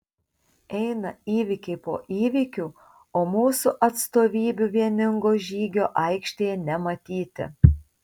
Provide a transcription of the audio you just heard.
eina įvykiai po įvykių o mūsų atstovybių vieningo žygio aikštėje nematyti